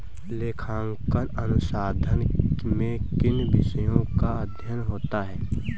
लेखांकन अनुसंधान में किन विषयों का अध्ययन होता है?